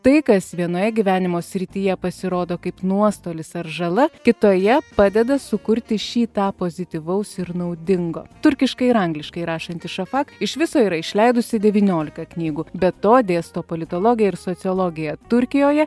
tai kas vienoje gyvenimo srityje pasirodo kaip nuostolis ar žala kitoje padeda sukurti šį tą pozityvaus ir naudingo turkiškai ir angliškai rašanti šafak iš viso yra išleidusi devyniolika knygų be to dėsto politologiją ir sociologiją turkijoje